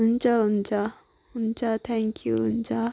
हुन्छ हुन्छ हुन्छ थ्याङ्क यु हुन्छ